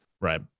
Right